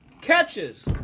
catches